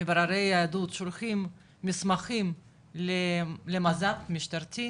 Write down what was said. מבררי יהדות שולחים מסמכים למז"פ משטרתי,